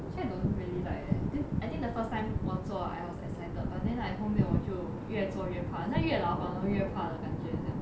actually I don't really like eh then I think the first time 我坐 I was excited but then I 后面我就越坐越怕好像越老反而越怕了感觉这样